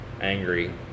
angry